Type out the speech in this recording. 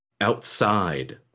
outside